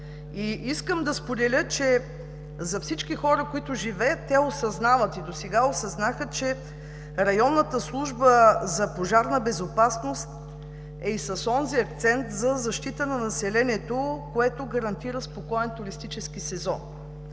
И искам да споделя, че за всички хора, които живеят, те осъзнават и досега осъзнаха, че Районната служба за пожарна безопасност е и с онзи акцент за защита на населението, което гарантира спокоен туристически сезон.